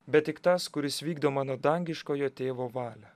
bet tik tas kuris vykdo mano dangiškojo tėvo valią